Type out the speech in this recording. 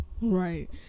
Right